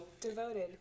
Devoted